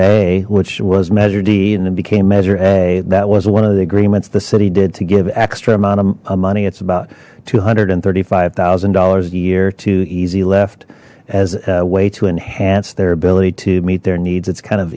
a which was measure d and it became measure a that was one of the agreements the city did to give extra amount of money it's about two hundred and thirty five thousand dollars a year too easy left as a way to enhance their ability to meet their needs it's kind of